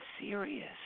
serious